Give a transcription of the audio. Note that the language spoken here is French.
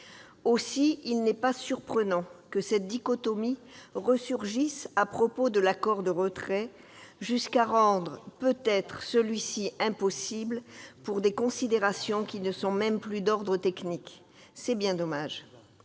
Aussi, il n'est pas surprenant que cette dichotomie ressurgisse à propos de l'accord de retrait, jusqu'à rendre- peut-être -celui-ci impossible pour des considérations qui ne sont même plus d'ordre technique. C'est bien dommage